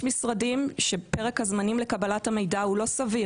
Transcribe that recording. יש משרדים שפרק הזמן לקבלת מידע אינו סביר.